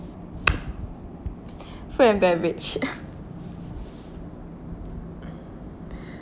food and beverage